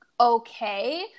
okay